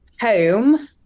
home